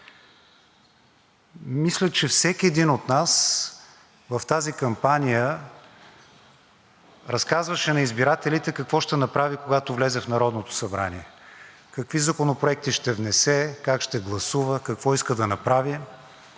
мисля, че всеки един от нас в тази кампания разказваше на избирателите какво ще направи, когато влезе в Народното събрание, какви законопроекти ще внесе, как ще гласува, какво иска да направим.